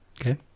Okay